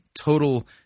total